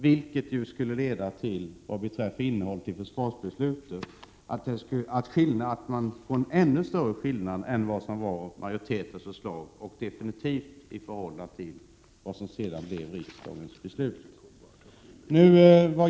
Det skulle innebära en ännu större skillnad jämfört med majoritetens förslag och det som sedan blev riksdagens beslut.